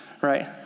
right